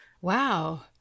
Wow